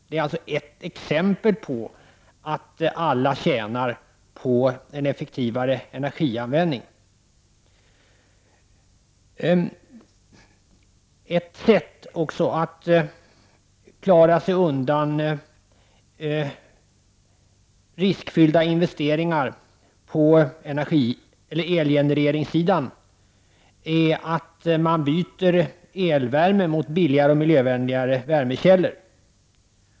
Detta är ett exempel på att alla tjänar på en effektivare energianvändning. Ett annat sätt att klara sig undan riskfyllda investeringar på elgenereringssidan är att man byter elvärme mot billigare och miljövänligare värmekällor.